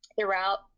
Throughout